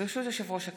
ברשות יושב-ראש הכנסת,